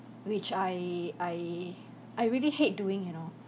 which I I I really hate doing you know